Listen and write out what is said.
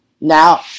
Now